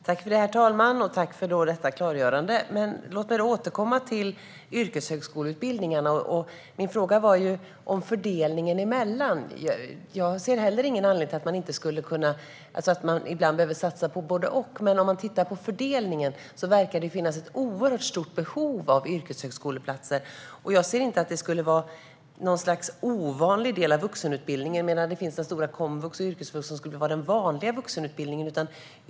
Herr talman! Tack för klargörandet! Låt mig återkomma till yrkeshögskoleutbildningarna. Min fråga handlade om fördelning. Jag ser inte heller någon anledning till att man inte kan satsa på båda. Om man tittar på fördelningen verkar det finnas ett oerhört stort behov av yrkeshögskoleplatser. Jag kan inte se att det skulle vara någon ovanlig del av vuxenutbildningen, medan komvux och yrkesvux skulle vara den vanliga vuxenutbildningen.